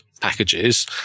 packages